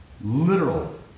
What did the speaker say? literal